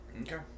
Okay